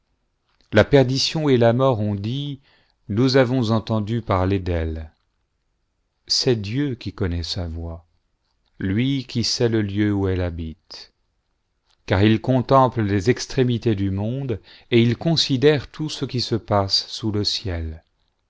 la perdition et la mort ont dit nous avons entendu parler d'elle c'est dieu qui connaît sa voie lui qui sait le lieu où elle habite car il contemple les extrémités du monde et il considère tout ce qui se passe sous le ciel